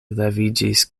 leviĝis